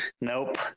Nope